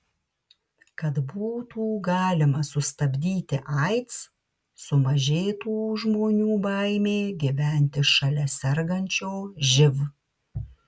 kad būtų galima sustabdyti aids sumažėtų žmonių baimė gyventi šalia sergančio živ